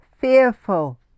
fearful